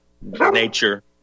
nature